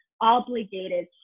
obligated